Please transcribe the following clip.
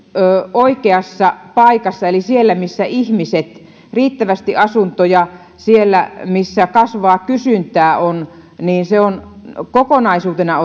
oikeassa paikassa eli siellä missä ihmiset riittävästi asuntoja siellä missä kasvavaa kysyntää on on kokonaisuutena